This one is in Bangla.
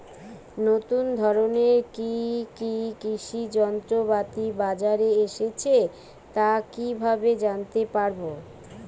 নতুন ধরনের কি কি কৃষি যন্ত্রপাতি বাজারে এসেছে তা কিভাবে জানতেপারব?